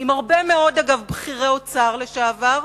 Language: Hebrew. וגם יחד עם הרבה מאוד בכירי אוצר לשעבר,